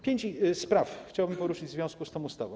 Pięć spraw chciałbym poruszyć w związku z tą ustawą.